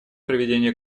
проведения